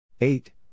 Eight